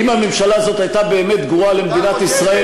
אם הממשלה הזאת הייתה באמת גרועה למדינת ישראל,